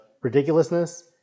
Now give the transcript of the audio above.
ridiculousness